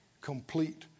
Complete